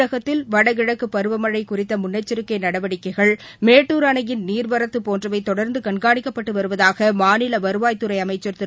தமிழகத்தில் வடகிழக்குப் பருவமழை குறித்த முன்னெச்சிக்கை நடவடிக்கைகள் மேட்டூர் அணையின் நீர்வரத்து போன்றவை தொடா்ந்து கண்காணிக்கப்பட்டு வருவதாக மாநில வருவாய்த்துறை அமைச்சா் திரு